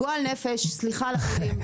גועל נפש, סליחה על המילים.